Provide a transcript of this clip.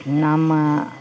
ನಮ್ಮ